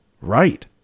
Right